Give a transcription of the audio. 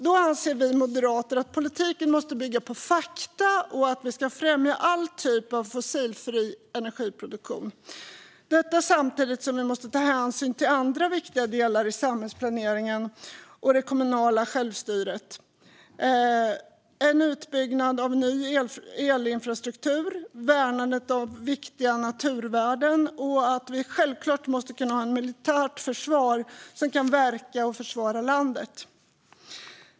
Då anser vi moderater att politiken måste bygga på fakta och på att vi ska främja all typ av fossilfri energiproduktion, detta samtidigt som vi måste ta hänsyn till andra viktiga delar i samhällsplaneringen, som det kommunala självstyret, utbyggnad av ny elinfrastruktur och värnandet av viktiga naturvärden och att vi självklart måste kunna ha ett militärt försvar som kan verka och försvara landet.